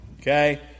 okay